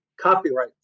Copyright